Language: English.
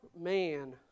man